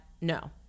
no